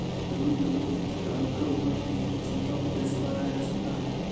Vermi compost डालकर उपज की क्षमता को कैसे बढ़ाया जा सकता है?